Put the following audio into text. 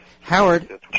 Howard